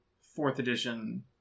fourth-edition